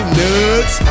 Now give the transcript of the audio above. nuts